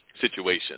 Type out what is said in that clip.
situation